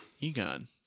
Egon